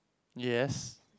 yes